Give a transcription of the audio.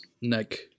neck